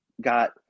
got